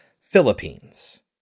Philippines